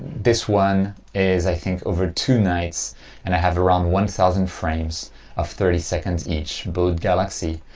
this one is i think over two nights and i have around one thousand frames of thirty seconds each bode galaxy.